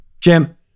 Jim